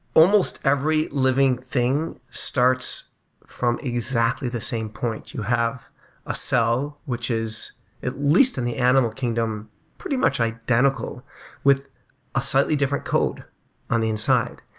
almost every living thing starts from exactly the same point. you have a cell, which is at least in the animal kingdom, pretty much identical with a slightly different code on the inside.